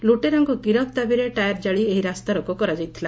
ଲୁଟେରାଙ୍ଙୁ ଗିରଫ ଦାବିରେ ଟାୟାର କାଳି ଏହି ରାସ୍ତାରୋକ କରାଯାଇଛି